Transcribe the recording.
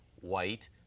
white